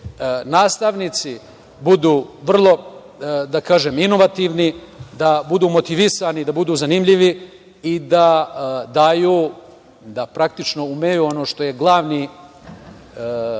nastavnici budu vrlo, da kažem, inovativni, da budu motivisani, da budu zanimljivi i da daju, da praktično umeju ono što je glavni